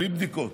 בלי בדיקות.